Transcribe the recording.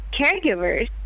caregivers